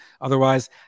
Otherwise